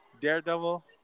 Daredevil